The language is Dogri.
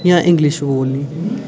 जां इंग्लिश बोलनी